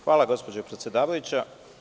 Hvala, gospođo predsedavajuća.